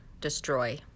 destroy